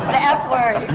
f word.